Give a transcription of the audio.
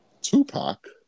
Tupac